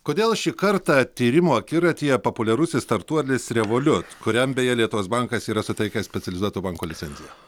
kodėl šį kartą tyrimo akiratyje populiarusis startuolis revoliut kuriam beje lietuvos bankas yra suteikęs specializuoto banko licenziją